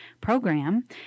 program